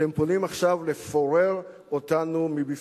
אתם פונים עכשיו לפורר אותנו מבפנים,